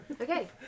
Okay